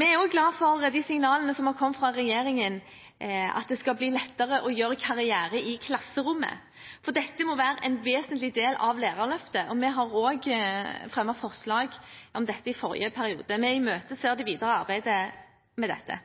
Vi er også glad for signalene fra regjeringen om at det skal bli lettere å gjøre karriere i klasserommet. Dette må være en vesentlig del av lærerløftet. Vi fremmet forslag om dette i forrige periode. Vi imøteser det videre arbeidet med dette.